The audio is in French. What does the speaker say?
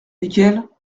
lesquels